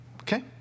okay